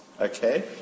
Okay